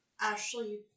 Ashley